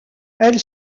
elle